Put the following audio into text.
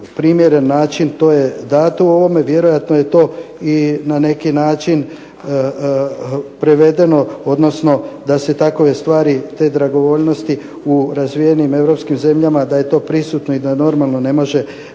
primjeren način to je dato ovome. Vjerojatno je to i na neki način prevedeno, odnosno da se takove stvari te dragovoljnosti u razvijenim europskim zemljama da je to prisutno i da normalno ne može